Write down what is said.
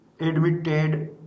admitted